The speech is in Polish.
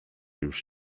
już